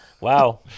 Wow